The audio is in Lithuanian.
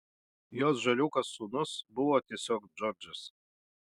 jos žaliūkas sūnus buvo tiesiog džordžas